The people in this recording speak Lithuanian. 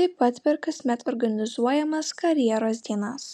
taip pat per kasmet organizuojamas karjeros dienas